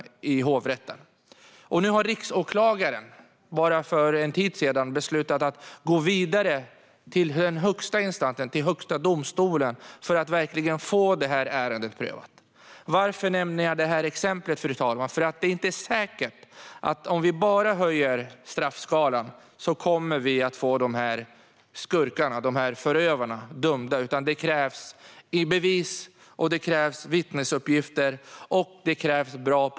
För en tid sedan beslutade riksåklagaren att gå vidare till högsta instans - Högsta domstolen - för att få ärendet prövat. Fru talman! Varför nämner jag detta exempel? Jag gör det därför att om vi bara höjer straffskalan är det inte säkert att vi kommer att få dessa skurkar, dessa förövare, dömda. Det krävs även bevis, vittnesuppgifter och bra polisutredningar.